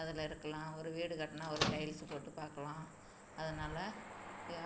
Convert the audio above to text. அதில் இருக்கலாம் ஒரு வீடு கட்டினா ஒரு டைல்ஸு போட்டு பார்க்கலாம் அதனால்